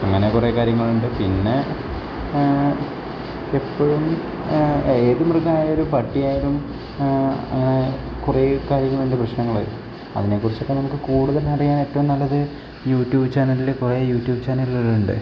അങ്ങനെ കുറേ കാര്യങ്ങൾ ഉണ്ട് പിന്നെ എപ്പോഴും ഏത് മൃഗമായാലും പട്ടി ആയാലും അങ്ങനെ കുറേ കാര്യങ്ങൾ ഉണ്ട് പ്രശ്നങ്ങൾ അതിനെ കുറിച്ചൊക്കെ നമുക്ക് കൂടുതൽ അറിയാൻ ഏറ്റവും നല്ലത് യൂട്യൂബ് ചാനലിൽ കുറേ യൂട്യൂബ് ചാനലുകൾ ഉണ്ട്